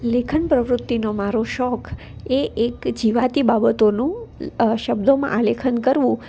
લેખન પ્રવૃત્તિનો મારો શોખ એ એક જીવાતી બાબતોનું શબ્દોમાં આલેખન કરવું